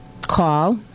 call